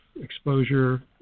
exposure